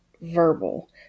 verbal